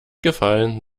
gefallen